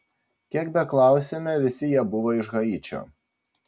kiek beklausėme visi jie buvo iš haičio